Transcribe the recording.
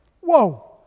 Whoa